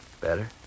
Better